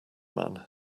man